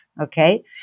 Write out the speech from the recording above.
Okay